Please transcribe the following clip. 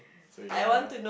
so you got another one